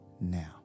now